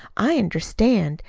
i understand.